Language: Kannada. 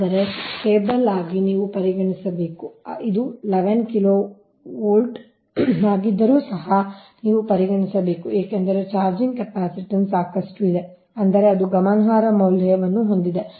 ಆದರೆ ಕೇಬಲ್ಗಾಗಿ ನೀವು ಪರಿಗಣಿಸಬೇಕು ಇದು 11KV ಆಗಿದ್ದರೂ ಸಹ ನೀವು ಪರಿಗಣಿಸಬೇಕು ಏಕೆಂದರೆ ಚಾರ್ಜಿಂಗ್ ಕೆಪಾಸಿಟನ್ಸ್ ಸಾಕಷ್ಟು ಇದೆ ಅಂದರೆ ಅದು ಗಮನಾರ್ಹ ಮೌಲ್ಯವನ್ನು ಹೊಂದಿದೆ